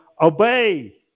obey